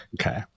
Okay